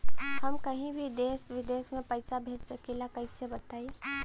हम कहीं भी देश विदेश में पैसा भेज सकीला कईसे बताई?